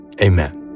Amen